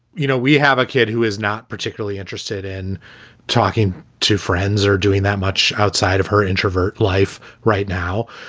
you know, we have a kid who is not particularly interested in talking to friends or doing that much outside of her introvert life right now.